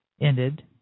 ended